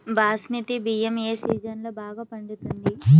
బాస్మతి బియ్యం ఏ సీజన్లో బాగా పండుతుంది?